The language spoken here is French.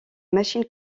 machines